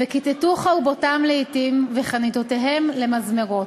"וכתתו חרבותם לאתים וחניתותיהם למזמרות.